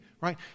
right